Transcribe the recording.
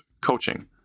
coaching